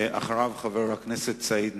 ואחריו, חבר הכנסת סעיד נפאע.